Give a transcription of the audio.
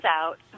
out